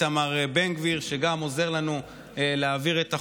איתמר בן גביר, שגם עוזר לנו להעביר את החוק,